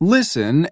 Listen